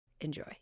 Enjoy